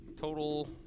Total